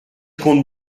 compte